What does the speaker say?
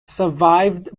survived